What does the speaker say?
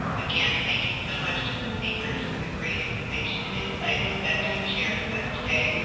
um again, thank you so much to the speakers for the great information and insights that you've shared with us today.